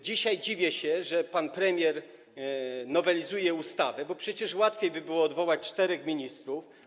Dzisiaj dziwię się, że pan premier nowelizuje ustawę, bo przecież łatwiej by było odwołać czterech ministrów.